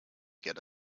get